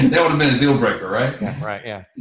that would have been a deal breaker, right? yeah right, yeah.